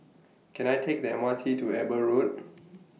Can I Take The M R T to Eber Road